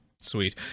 Sweet